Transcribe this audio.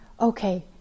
okay